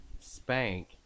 spank